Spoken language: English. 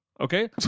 Okay